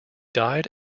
died